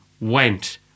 went